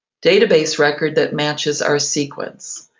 data base record that matches our sequence.